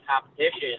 competition